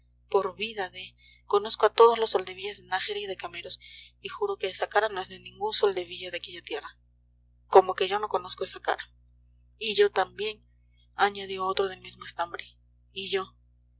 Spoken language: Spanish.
por vida de conozco a todos los soldevillas de nájera y de cameros y juro que esa cara no es de ningún soldevilla de aquella tierra como que yo conozco esa cara y yo también añadió otro del mismo estambre y yo